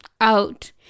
out